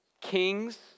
kings